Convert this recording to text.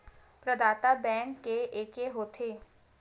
प्रदाता बैंक के एके होथे?